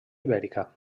ibèrica